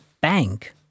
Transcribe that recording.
bank